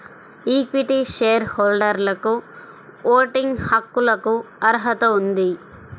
equity share హోల్డర్లకుఓటింగ్ హక్కులకుఅర్హత ఉంది